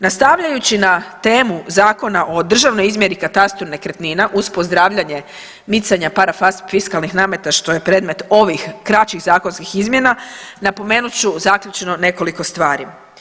Nastavljajući na temu Zakona o državnoj izmjeri i katastru nekretnina uz pozdravljanje micanja parafiskalnih nameta što je predmet ovih kraćih zakonskih izmjena, napomenut ću zaključno nekoliko stvari.